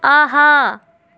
آہا